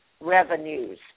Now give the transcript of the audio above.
revenues